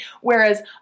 whereas